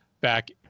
back